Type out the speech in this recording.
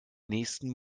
nächsten